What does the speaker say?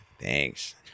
thanks